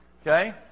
okay